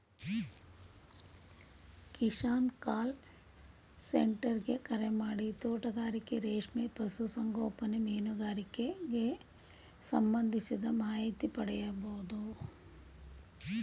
Kisan call centre ಗೆ ಕರೆಮಾಡಿ ತೋಟಗಾರಿಕೆ ರೇಷ್ಮೆ ಪಶು ಸಂಗೋಪನೆ ಮೀನುಗಾರಿಕೆಗ್ ಸಂಬಂಧಿಸಿದ ಮಾಹಿತಿ ಪಡಿಬೋದು